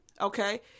Okay